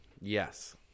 Yes